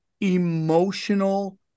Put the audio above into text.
emotional